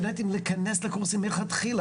רישיונות נהיגה.